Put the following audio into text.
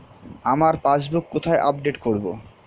আমার পাসবুক কোথায় আপডেট করব?